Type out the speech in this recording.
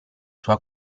sua